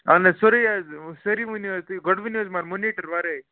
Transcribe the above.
اَہَن حظ سورٕے حظ سٲری ؤنِو حظ تُہۍ گۄڈٕ ؤنِو حظ مگر مُنیٖٹَر وَرٲے